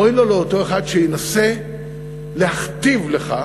אוי לו למי שינסה להכתיב לך